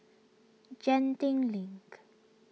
Genting Link